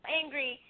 angry